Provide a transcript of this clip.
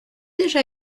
déjà